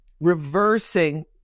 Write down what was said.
reversing